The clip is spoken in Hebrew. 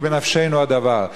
כי בנפשנו הדבר.